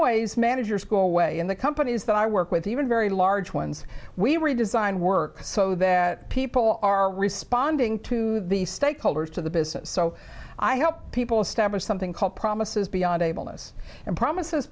ways managers go away and the companies that i work with even very large ones we redesign work so that people are responding to the stakeholders to the business so i help people establish something called promises beyond a bonus and promises